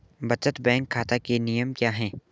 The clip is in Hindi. बचत बैंक खाता के नियम क्या हैं?